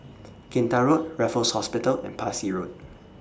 Kinta Road Raffles Hospital and Parsi Road